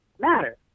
matter